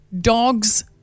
Dogs